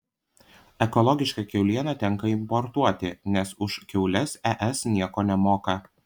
ekologišką kiaulieną tenka importuoti nes už kiaules es nieko nemoka